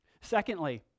Secondly